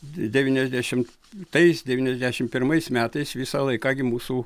devyniasdešimt tais devyniasdešimt pirmais metais visą laiką gi mūsų